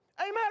Amen